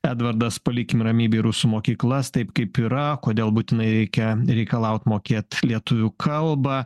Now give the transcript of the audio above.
edvardas palikim ramybėj rusų mokyklas taip kaip yra kodėl būtinai reikia reikalaut mokėt lietuvių kalbą